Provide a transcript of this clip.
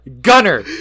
gunner